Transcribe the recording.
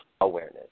awareness